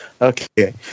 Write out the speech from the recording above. Okay